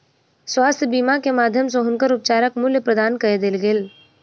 स्वास्थ्य बीमा के माध्यम सॅ हुनकर उपचारक मूल्य प्रदान कय देल गेल